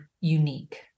unique